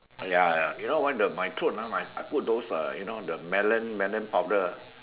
ya ya you know why my throat ah I put all those uh you know the melon melon powder ah